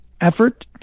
effort